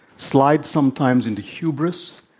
slides sometimes into hubris,